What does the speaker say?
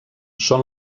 són